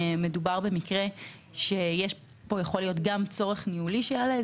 שמדובר במקרה שיכול להיות בו גם צורך ניהולי שיעלה.